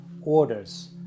orders